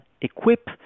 equip